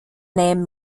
name